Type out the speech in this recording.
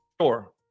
Sure